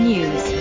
News